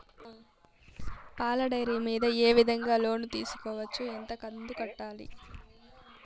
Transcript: పాల డైరీ మీద ఏ విధంగా లోను తీసుకోవచ్చు? ఎంత కంతు కట్టాలి?